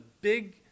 big